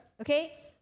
okay